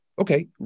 Okay